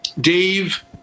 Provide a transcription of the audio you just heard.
Dave